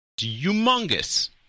humongous